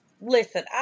Listen